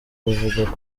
buvuga